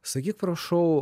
sakyk prašau